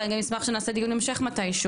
ואני גם אשמח שנעשה דיון המשך מתישהו.